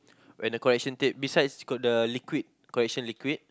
when the correction tape besides got the liquid correction liquid